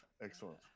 excellent